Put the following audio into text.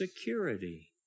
security